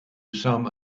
some